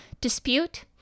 dispute